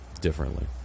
differently